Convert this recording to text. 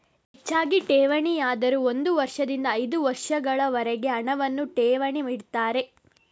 ಹೆಚ್ಚಾಗಿ ಠೇವಣಿದಾರರು ಒಂದು ವರ್ಷದಿಂದ ಐದು ವರ್ಷಗಳವರೆಗೆ ಹಣವನ್ನ ಠೇವಣಿ ಇಡ್ತಾರೆ